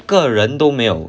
个人都没有